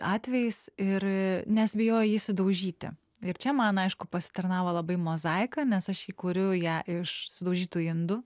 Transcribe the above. atvejais ir nes bijojo jį sudaužyti ir čia man aišku pasitarnavo labai mozaika nes aš kuriu ją iš sudaužytų indų